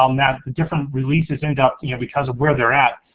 um that the different releases end up, you know because of where they're at,